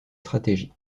stratégie